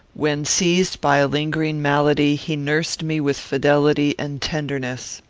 when seized by a lingering malady, he nursed me with fidelity and tenderness.